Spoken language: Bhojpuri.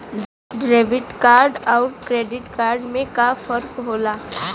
डेबिट कार्ड अउर क्रेडिट कार्ड में का फर्क होला?